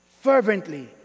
fervently